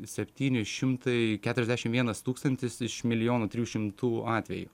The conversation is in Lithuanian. septyni šimtai keturiasdešim vienas tūkstantis iš milijono trijų šimtų atvejų